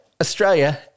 Australia